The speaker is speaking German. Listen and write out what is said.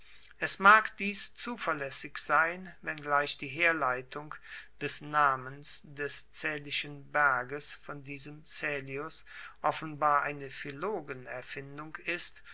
es mag dies zuverlaessig sein wenngleich die herleitung des namens des caelischen berges von diesem caelius offenbar eine philologenerfindung ist